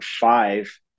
five